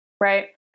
right